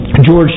George